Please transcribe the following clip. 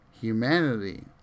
humanity